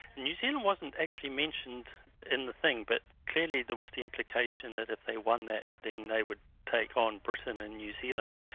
new zealand wasn't actually mentioned in the thing, but clearly there was the implication that if they won that then they would take on britain and new zealand.